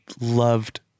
loved